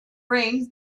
brains